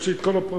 יש לי כל הפרטים.